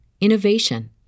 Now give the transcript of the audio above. innovation